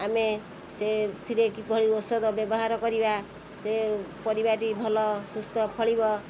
ଆମେ ସେଥିରେ କିଭଳି ଔଷଧ ବ୍ୟବହାର କରିବା ସେ ପରିବାଟି ଭଲ ସୁସ୍ଥ ଫଳିବ